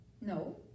No